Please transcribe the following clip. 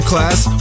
class